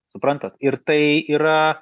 suprantat ir tai yra